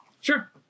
Sure